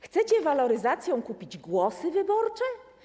Chcecie waloryzacją kupić głosy wyborcze?